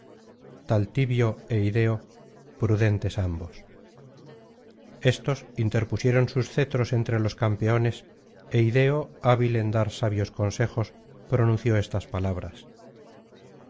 lorigas taltibio é ideo prudentes ambos éstos interpusieron sus cetros entre los campeones é ideo hábil en dar sabios consejos pronunció estas palabras